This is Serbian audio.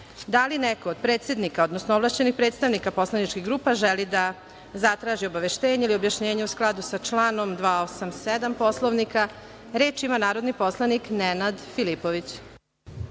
li predsednika, odnosno od ovlašćenih predstavnika poslaničkih grupa želi da zatraži obaveštenje ili objašnjenje u skladu sa članom 287. Poslovnika. Reč ima narodni poslanik Nenad Filipović.